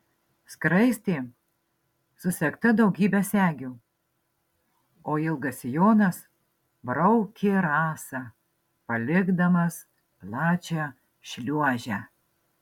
skraistė susegta daugybe segių o ilgas sijonas braukė rasą palikdamas plačią šliuožę